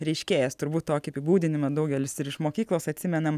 reiškėjas turbūt tokį apibūdinimą daugelis ir iš mokyklos atsimenam